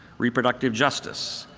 reproductive justice.